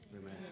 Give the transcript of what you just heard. Amen